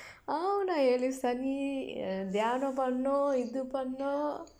ஆ ஊனா ஏழு சனி தியானம் பண்ணு இது பண்ணு:aa uunaa eezhu sani thiyaanam pannu ithu pannu